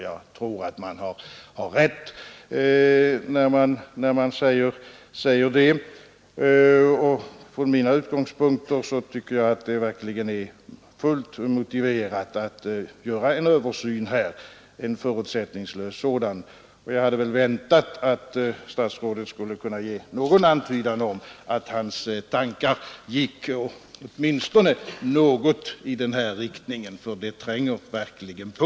Jag tror att man har rätt, när man säger det. Från mina utgångspunkter tycker jag det är fullt motiverat att göra en förutsättningslös översyn. Jag hade väntat att statsrådet skulle kunna ge någon antydan om att hans tankar gick åtminstone i den här riktningen, för saken tränger verkligen på.